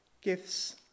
gifts